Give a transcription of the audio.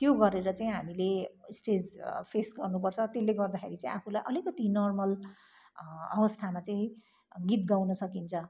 त्यो गरेर चाहिँ हामीले स्टेज फेस गर्नुपर्छ त्यसले गर्दाखेरि चाहिँ आफूलाई अलिकति नोर्मल अवस्थामा चाहिँ गीत गाउन सकिन्छ